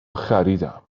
خریدم